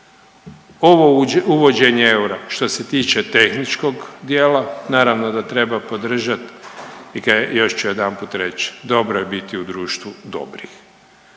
Ovo uvođenje eura što se tiče tehničkog dijela naravno da treba podržat i još ću jedanput reć dobro je biti u društvu dobrih,